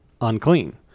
Unclean